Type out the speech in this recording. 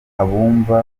abumva